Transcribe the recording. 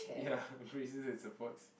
ya appraises its supports